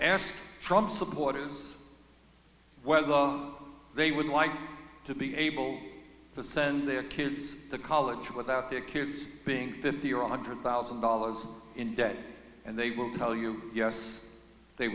ask trump supporters well they would like to be able to send their kids to college without their kids being fifty or one hundred thousand dollars in debt and they will tell you yes they